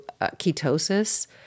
ketosis